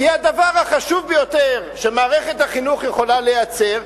כי הדבר החשוב ביותר שמערכת החינוך יכולה לייצר,